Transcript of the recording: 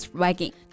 wagging